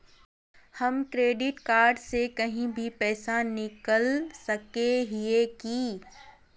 हम credit card से कहीं भी पैसा निकल सके हिये की?